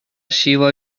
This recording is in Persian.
شیوا